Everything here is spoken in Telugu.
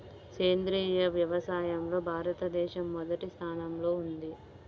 సేంద్రీయ వ్యవసాయంలో భారతదేశం మొదటి స్థానంలో ఉంది